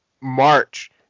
March